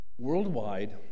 Worldwide